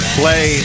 play